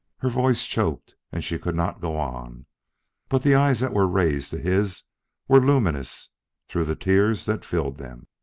her voice choked and she could not go on but the eyes that were raised to his were luminous through the tears that filled them.